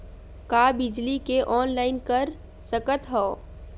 का बिजली के ऑनलाइन कर सकत हव?